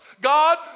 God